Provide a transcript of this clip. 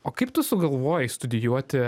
o kaip tu sugalvojai studijuoti